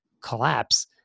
collapse